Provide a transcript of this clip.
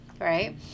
right